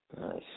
Nice